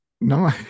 No